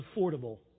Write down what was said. affordable